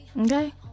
Okay